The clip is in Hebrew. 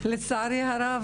לצערי הרב